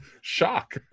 shock